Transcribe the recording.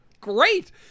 Great